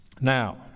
Now